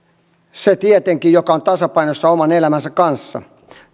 se tietenkin joka on tasapainossa oman elämänsä kanssa